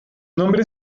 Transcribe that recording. nombre